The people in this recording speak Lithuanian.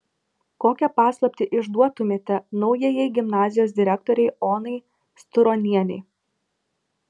kokią paslaptį išduotumėte naujajai gimnazijos direktorei onai sturonienei